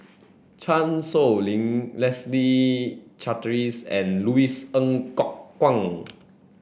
Chan Sow Lin Leslie Charteris and Louis Ng Kok Kwang